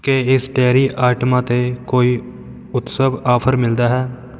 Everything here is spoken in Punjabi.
ਕੀ ਇਸ ਡੇਅਰੀ ਆਈਟਮਾਂ 'ਤੇ ਕੋਈ ਉਤਸਵ ਆਫ਼ਰ ਮਿਲਦਾ ਹੈ